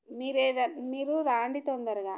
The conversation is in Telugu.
మీరు రాండి తొందరగా